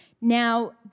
Now